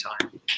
time